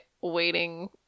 waiting